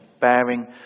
bearing